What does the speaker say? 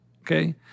okay